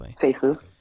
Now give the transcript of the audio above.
faces